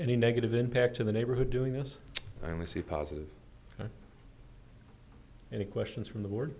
any negative impact to the neighborhood doing this i only see positive and questions from the board